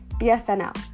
BFNL